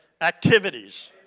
activities